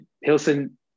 Hilson